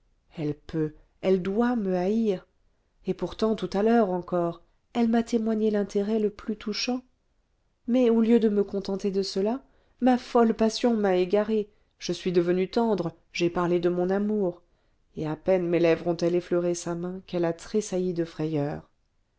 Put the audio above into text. elle peut elle doit me haïr et pourtant tout à l'heure encore elle m'a témoigné l'intérêt le plus touchant mais au lieu de me contenter de cela ma folle passion m'a égaré je suis devenu tendre j'ai parlé de mon amour et à peine mes lèvres ont-elles effleuré sa main qu'elle a tressailli de frayeur